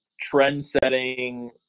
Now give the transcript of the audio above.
trend-setting